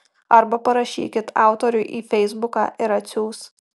arba parašykit autoriui į feisbuką ir atsiųs